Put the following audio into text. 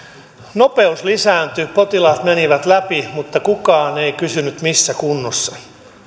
nopeus lisääntyi potilaat menivät läpi mutta kukaan ei kysynyt missä kunnossa